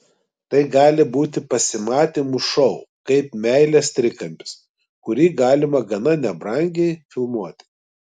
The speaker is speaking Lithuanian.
tai gali būti pasimatymų šou kaip meilės trikampis kurį galima gana nebrangiai filmuoti